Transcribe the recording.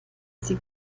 sie